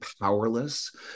powerless